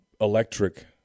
electric